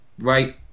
Right